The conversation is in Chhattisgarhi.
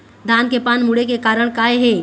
धान के पान मुड़े के कारण का हे?